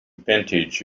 vintage